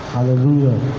Hallelujah